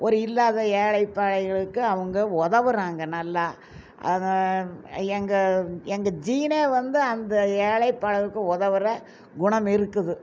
ஒரு இல்லாத ஏழை பாழைகளுக்கு அவங்க உதவுறாங்க நல்லா அது எங்கள் எங்கள் ஜீனே வந்து அந்த ஏழைப் பாழைக்கு உதவுற குணம் இருக்குது